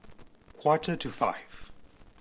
quarter to five